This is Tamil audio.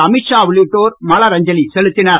அமீத்ஷா உள்ளிட்டேர் மலரஞ்சலி செலுத்தினர்